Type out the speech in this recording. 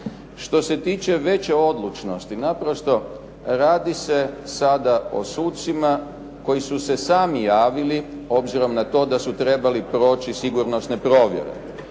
Što se tiče veće odlučnosti, naprosto radi se sada o sucima koji su se sami javili obzirom na to da su trebali proći sigurnosne provjere.